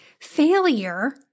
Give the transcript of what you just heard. failure